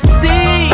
see